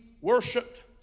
worshipped